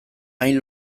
hain